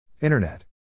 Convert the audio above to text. Internet